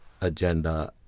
agenda